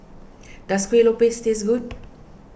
does Kueh Lopes taste good